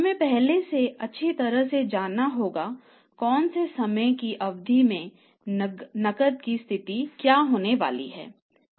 हमें पहले से अच्छी तरह से जानना होगा कौन से समय की अवधि में नकदी की स्थिति क्या होने वाली है